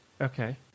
Okay